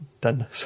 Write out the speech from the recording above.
done